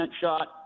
shot